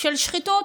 של שחיתות.